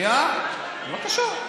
בבקשה,